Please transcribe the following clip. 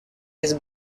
laisse